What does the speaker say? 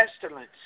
pestilence